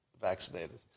vaccinated